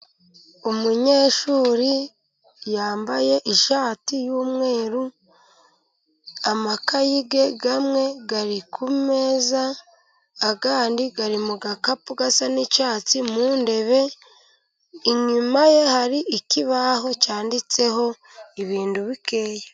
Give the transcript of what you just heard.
Umunyeshuri yambaye ishati y'umweru, amakayi ye amwe ari kumeza , ayandi ari mu gakapu gasa n'icyatsi mu ntebe, inyuma ye hari ikibaho cyanditseho ibintu bikeya.